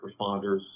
responders